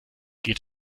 geht